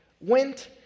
went